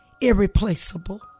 irreplaceable